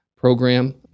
program